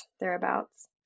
thereabouts